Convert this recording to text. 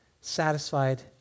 Satisfied